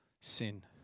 sin